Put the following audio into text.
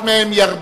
היום, יום שני כ"ד